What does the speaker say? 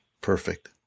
Perfect